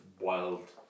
wild